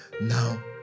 Now